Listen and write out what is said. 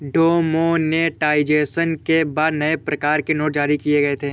demonetisation के बाद नए प्रकार के नोट जारी किए गए थे